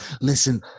listen